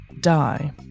die